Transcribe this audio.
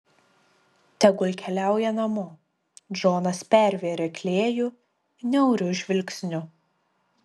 tegul keliauja namo džonas pervėrė klėjų niauriu žvilgsniu